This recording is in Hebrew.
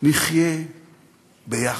נחיה ביחד?